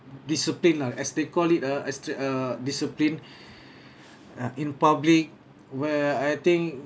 discipline ah as they call it ah as uh discipline uh in public where I think